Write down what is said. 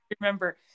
remember